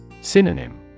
Synonym